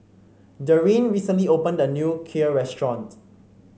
Daryn recently opened a new Kheer restaurant